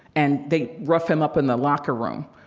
and they rough him up in the locker room.